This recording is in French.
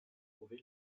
prouvé